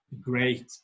great